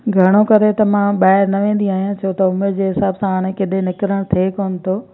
घणो करे त मां ॿाहिरि न वेंदी आहियां छो त हुन जे हिसाब सां हाणे केॾे निकिरनि थिए कोन थो